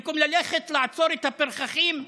במקום ללכת לעצור את הפרחחים ההם,